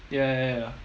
ya ya ya